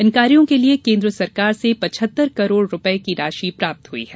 इन कार्यो के लिए केन्द्र सरकार से पचहत्तर करोड़ रूपये की राशि प्राप्त हुई है